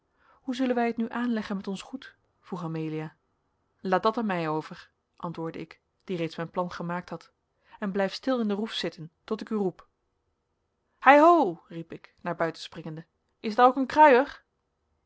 hoe zullen wij het nu aanleggen met ons goed vroeg amelia laat dat aan mij over antwoordde ik die reeds mijn plan gemaakt had en blijf stil in de roef zitten tot ik u roep hei ho riep ik naar buiten springende is daar ook een kruier